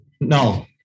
No